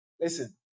Listen